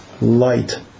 light